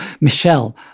Michelle